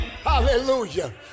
Hallelujah